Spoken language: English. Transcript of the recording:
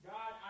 God